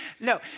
no